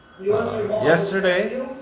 Yesterday